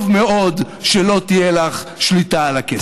טוב מאוד שלא תהיה לך שליטה על הכסף.